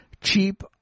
cheap